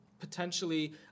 potentially